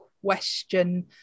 question